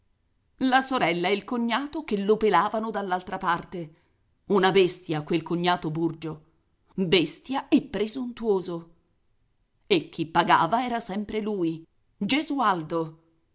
la sorella ed il cognato che lo pelavano dall'altra parte una bestia quel cognato burgio bestia e presuntuoso e chi pagava era sempre lui gesualdo